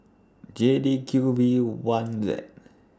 J D Q V one Z